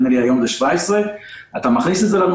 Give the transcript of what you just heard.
נדמה לי שהיום הוא 17. אתה מכניס את זה לנוסחה,